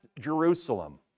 Jerusalem